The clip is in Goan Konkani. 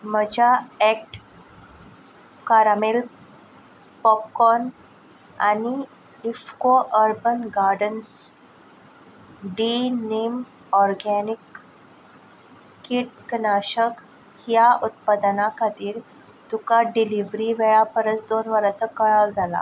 म्हज्या एक्ट कारामेल्क पॉपकॉर्न आनी इफको अर्बन गार्डन्स डी नीम ऑर्गेनीक किट कनाशक ह्या उत्पादनां खातीर तुका डिलिव्हरी वेळा परस दोन वरांचो कळाव जाला